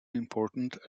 important